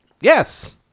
yes